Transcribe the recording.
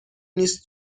نیست